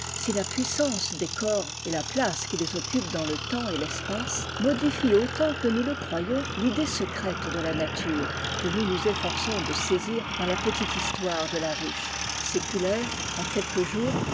i la puissance des corps et la place qu'ils occupent dans le temps et tespace modifient autant que nous le croyons l'idée secrète de la nature que nous nous efforçons de saisir dans ia petite histoire de la ruche séculaire en quelques jours